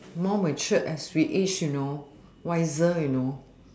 more mature as we age you know wiser you know